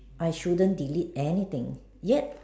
I shouldn't believe anything yet